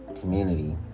community